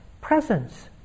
presence